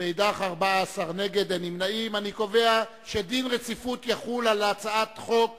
ועדת הכלכלה על רצונה להחיל דין רציפות על הצעת חוק